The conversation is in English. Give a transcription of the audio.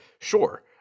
Sure